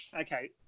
Okay